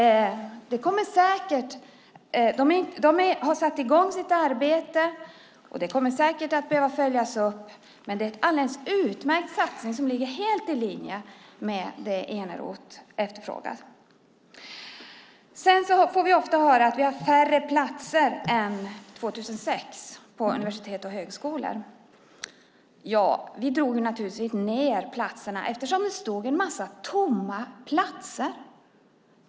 De har satt i gång sitt arbete, och det kommer säkert att behöva följas upp. Men det är en alldeles utmärkt satsning som ligger helt i linje med det Eneroth efterfrågar. Vi får ofta höra att vi har färre platser än 2006 på universitet och högskolor. Vi drog naturligtvis ned platsantalet, eftersom det stod en massa tomma platser.